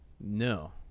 No